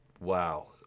Wow